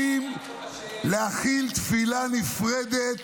להכיל תפילה נפרדת